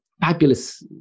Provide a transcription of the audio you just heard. fabulous